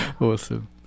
Awesome